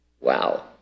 wow